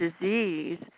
disease